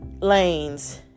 Lane's